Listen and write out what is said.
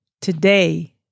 today